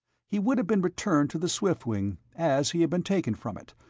he would have been returned to the swiftwing as he had been taken from it,